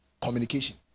communication